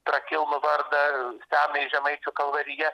prakilnų vardą senąjį žemaičių kalvarija